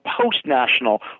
post-national